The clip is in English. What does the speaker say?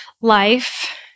life